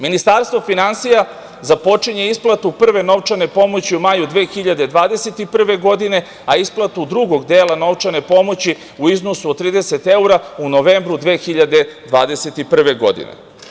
Ministarstvo finansija započinje isplatu prve novčane pomoći u maju 2021. godine, a isplatu drugog dela novčane pomoći u iznosu od 30 evra u novembru 2021. godine.